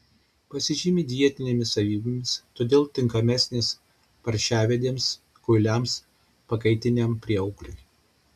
pasižymi dietinėmis savybėmis todėl tinkamesnės paršavedėms kuiliams pakaitiniam prieaugliui